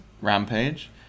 rampage